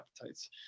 appetites